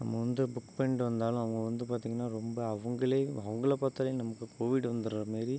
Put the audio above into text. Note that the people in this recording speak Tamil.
நம்ம வந்து புக் பண்ணிட்டு வந்தாலும் அவங்க வந்து பார்த்திங்கன்னா ரொம்ப அவங்களே அவங்கள பார்த்தாலே நமக்கு கோவிட் வந்துடுற மாரி